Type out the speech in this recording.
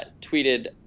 tweeted